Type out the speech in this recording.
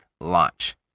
launch